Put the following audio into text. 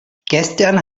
gestern